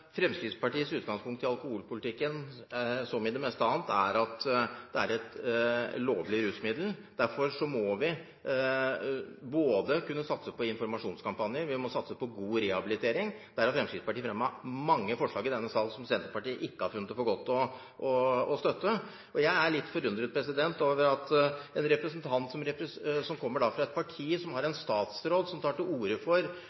Fremskrittspartiets utgangspunkt i alkoholpolitikken, som i det meste annet, er at det er et lovlig rusmiddel. Derfor må vi kunne satse på informasjonskampanjer, og vi må satse på god rehabilitering. Der har Fremskrittspartiet fremmet mange forslag i denne salen som Senterpartiet ikke har funnet det for godt å støtte. Jeg er litt forundret over at en representant som kommer fra et parti som har en statsråd som tar til orde for